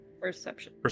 Perception